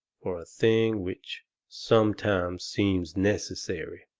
for a thing which sometimes seems necessary.